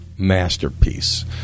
masterpiece